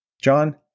John